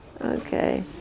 Okay